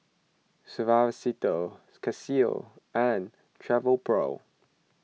Suavecito Casio and Travelpro